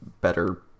better